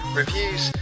reviews